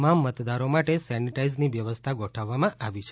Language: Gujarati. તમામ મતદારો માટે સેનીટાઇઝની વ્યવસ્થા પણ ગોઠવવામાં આવી છે